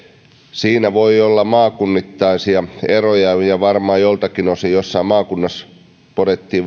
siinä voi olla maakunnittaisia eroja ja varmaan joiltakin osin jossain maakunnassa podettiin